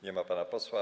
Nie ma pana posła.